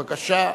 בבקשה.